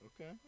Okay